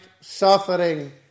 suffering